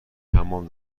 حمام